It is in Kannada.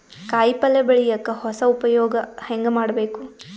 ಕಾಯಿ ಪಲ್ಯ ಬೆಳಿಯಕ ಹೊಸ ಉಪಯೊಗ ಹೆಂಗ ಮಾಡಬೇಕು?